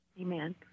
Amen